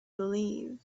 believe